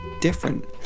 different